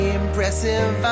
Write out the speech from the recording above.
impressive